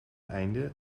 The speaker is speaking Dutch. einde